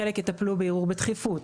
חלק יטפלו בערעור בדחיפות.